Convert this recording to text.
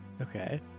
Okay